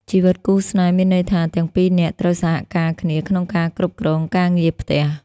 ជីវិតគូស្នេហ៍មានន័យថាទាំងពីរនាក់ត្រូវសហការគ្នាក្នុងការគ្រប់គ្រងការងារផ្ទះ។